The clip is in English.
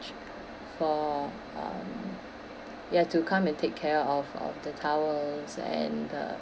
for um ya to come and take care of um the towels and the